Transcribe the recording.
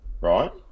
right